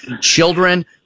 children